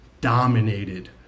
dominated